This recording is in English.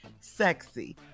sexy